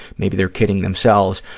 maybe they're kidding themselves,